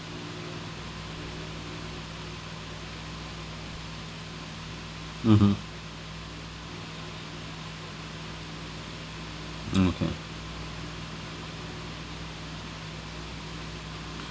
mmhmm okay